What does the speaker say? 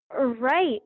Right